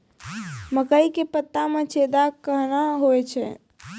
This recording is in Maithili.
मकई के पत्ता मे छेदा कहना हु छ?